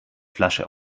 flasche